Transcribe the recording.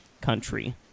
country